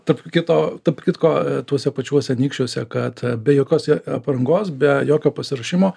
tarp kito tarp kitko tuose pačiuose anykščiuose kad be jokios aprangos be jokio pasiruošimo